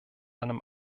einem